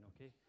okay